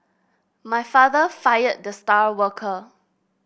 my father fired the star worker